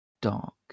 dark